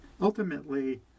Ultimately